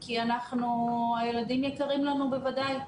כי הילדים יקרים לנו בוודאי.